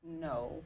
no